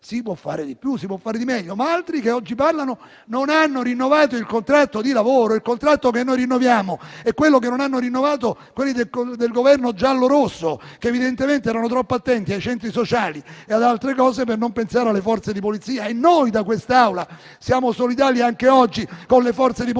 Si può fare di più e di meglio, ma altri che oggi parlano non hanno rinnovato il contratto di lavoro. Ricordo che il contratto che noi rinnoviamo è quello che non hanno rinnovato quelli del Governo giallo-rosso, che evidentemente erano troppo attenti ai centri sociali e ad altre cose per pensare alle Forze di polizia. Noi, da quest'Aula, siamo solidali anche oggi con le Forze di polizia